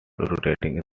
rotating